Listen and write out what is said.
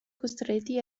costretti